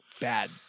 bad